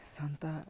Santal